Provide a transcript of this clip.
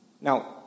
Now